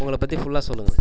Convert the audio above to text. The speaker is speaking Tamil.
உங்கள பற்றி ஃபுல்லாக சொல்லுங்க